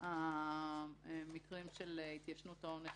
במקרים של התיישנות העונש,